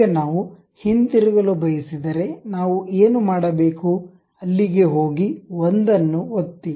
ಈಗ ನಾವು ಹಿಂತಿರುಗಲು ಬಯಸಿದರೆ ನಾವು ಏನು ಮಾಡಬೇಕು ಅಲ್ಲಿಗೆ ಹೋಗಿ ಒಂದನ್ನು ಒತ್ತಿ